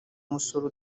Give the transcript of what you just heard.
musoro